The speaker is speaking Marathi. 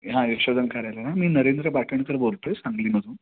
हां यशोधन कार्यालय ना मी नरेंद्र बाटणकर बोलतो आहे सांगलीमधून